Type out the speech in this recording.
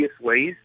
ways